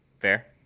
Fair